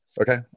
Okay